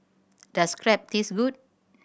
does Crepe taste good